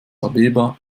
abeba